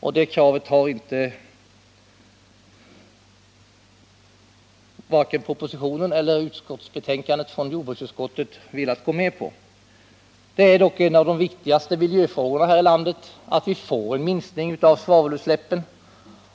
Men det kravet tillgodoses inte i propositionen, och jordbruksutskottet har inte heller velat gå med på det. Det är dock en av de viktigaste miljöfrågorna här i landet att vi får en minskning av svavelutsläppen.